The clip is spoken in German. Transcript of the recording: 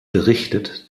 berichtet